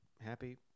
happy